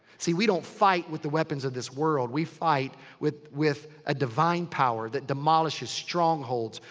see, we don't fight with the weapons of this world. we fight with with a divine power that demolishes strongholds.